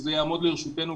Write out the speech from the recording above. שזה יעמוד גם לרשותנו.